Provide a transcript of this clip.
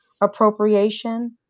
appropriation